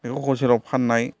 बेखौ हलसेलाव फाननाय